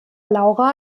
laura